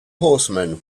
horsemen